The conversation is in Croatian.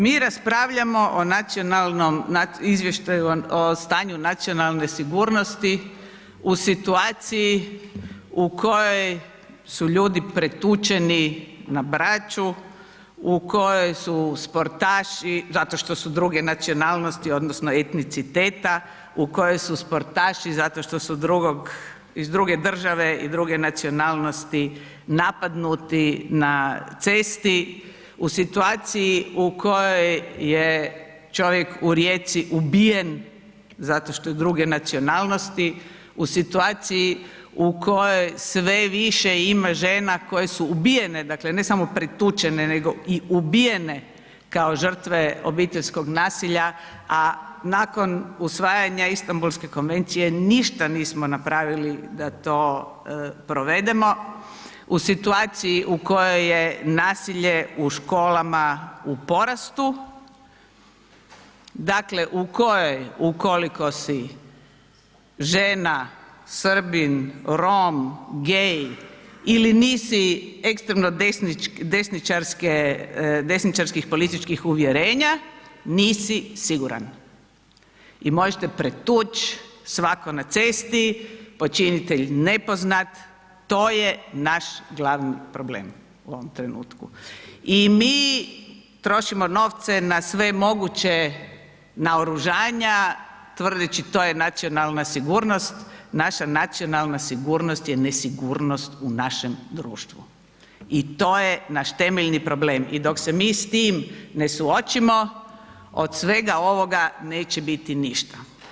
Mi raspravljamo o nacionalnom, izvještaju o stanju nacionalne sigurnosti u situaciji u kojoj su ljudi pretučeni na Braču, u kojoj su sportaši, zato što su druge nacionalnosti odnosno etniciteta, u kojoj su sportaši zato što su drugog, iz druge države i druge nacionalnosti, napadnuti na cesti, u situaciji u kojoj je čovjek u Rijeci ubijen zato što je druge nacionalnosti, u situaciji u kojoj sve više ima žena koje su ubijene, dakle, ne samo pretučene, nego i ubijene kao žrtve obiteljskog nasilja, a nakon usvajanja Istambulske konvencije ništa nismo napravili da to provedemo, u situaciji u kojoj je nasilje u školama u porastu, dakle, u kojoj, ukoliko si žena, Srbin, Rom, gay ili nisi ekstremno desničarskih političkih uvjerenja, nisi siguran i može te pretuć svatko na cesti, počinitelj nepoznat, to je naš glavni problem u ovom trenutku i mi trošimo novce na sve moguće naoružanja tvrdeći to je nacionalna sigurnost, naša nacionalna sigurnost je nesigurnost u našem društvu i to je naš temeljni problem i dok se mi s tim ne suočimo, od svega ovoga neće biti ništa.